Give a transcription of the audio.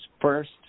first